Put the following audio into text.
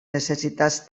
necessitats